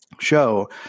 show